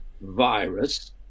virus